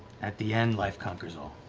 at the end, life conquers all.